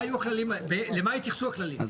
למה התייחסו הכללים?